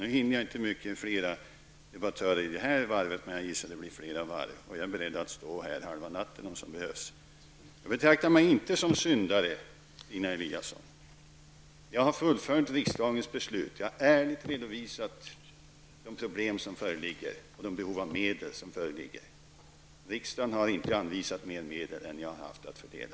Nu hinner jag inte bemöta fler debattörer i denna omgång, men jag gissar att det blir fler. Jag är beredd att stå här halva natten om så behövs. Jag betraktar mig inte som syndare, Stina Eliasson. Jag har fullföljt riksdagens beslut. Jag har ärligt redovisat det problem som föreligger och vilka behov av medel som föreligger. Riksdagen har inte anvisat mer medel än vi har haft att fördela.